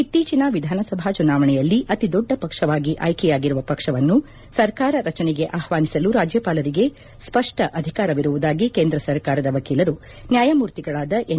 ಇತ್ತೀಚನ ವಿಧಾನಸಭಾ ಚುನಾವಣೆಯಲ್ಲಿ ಅತಿ ದೊಡ್ಡ ಪಕ್ಷವಾಗಿ ಆಯ್ಲೆಯಾಗಿರುವ ಪಕ್ಷವನ್ನು ಸರ್ಕಾರ ರಚನೆಗೆ ಆಹ್ವಾನಿಸಲು ರಾಜ್ಯಪಾಲರಿಗೆ ಸ್ಪಪ್ಪ ಅಧಿಕಾರವಿರುವುದಾಗಿ ಕೇಂದ್ರ ಸರ್ಕಾರದ ವಕೀಲರು ನ್ವಾಯಮೂರ್ತಿಗಳಾದ ಎನ್